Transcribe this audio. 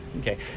Okay